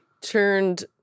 turned